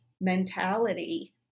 mentality